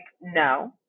no